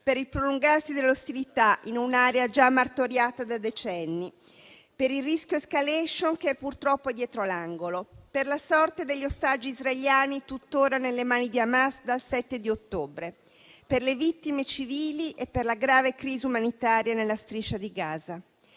per il prolungarsi delle ostilità in un'area già martoriata da decenni, per il rischio *escalation* che purtroppo è dietro l'angolo, per la sorte degli ostaggi israeliani, tuttora nelle mani di Hamas dal 7 ottobre, per le vittime civili e per la grave crisi umanitaria nella Striscia di Gaza.